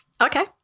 Okay